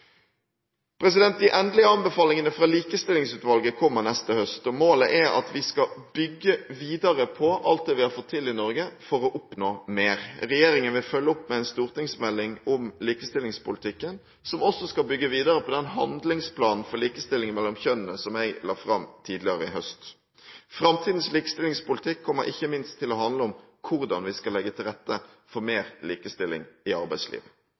De endelige anbefalingene fra Likestillingsutvalget kommer neste høst. Målet er at vi skal bygge videre på alt det vi har fått til i Norge, for å oppnå mer. Regjeringen vil følge opp med en stortingsmelding om likestillingspolitikken, som også skal bygge videre på den handlingsplanen for likestilling mellom kjønnene som jeg la fram tidligere i høst. Framtidens likestillingspolitikk kommer ikke minst til å handle om hvordan vi skal legge til rette for mer likestilling i arbeidslivet.